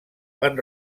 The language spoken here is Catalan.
van